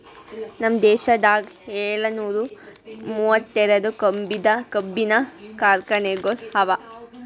ನಮ್ ದೇಶದಾಗ್ ಏಳನೂರ ಮೂವತ್ತೆರಡು ಕಬ್ಬಿನ ಕಾರ್ಖಾನೆಗೊಳ್ ಅವಾ